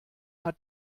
hat